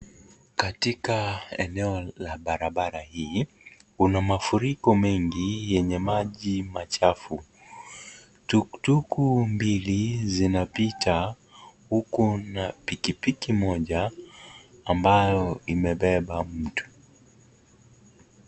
Katika eneo la barabara hii kuna mafuriko mengi yenye maji machafu. Tuktuk mbili zinapita huku na pikipiki moja ambayo inabeba mtu.